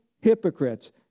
hypocrites